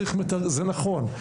זה נכון.